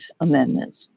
amendments